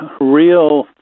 real